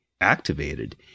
activated